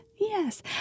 Yes